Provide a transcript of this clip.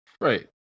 Right